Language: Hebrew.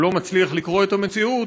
שהוא לא מצליח לקרוא את המציאות,